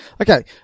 Okay